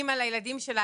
אמא לילדים שלה,